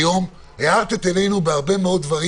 היום הארת את עינינו בהרבה דברים